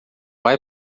vai